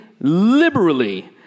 liberally